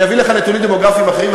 אני אביא לך נתונים דמוגרפיים אחרים.